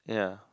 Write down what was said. yeah